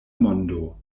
mondo